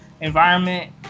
environment